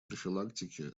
профилактике